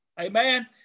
Amen